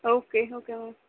okay okay ma'am